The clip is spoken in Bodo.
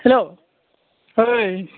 हेल' ओइ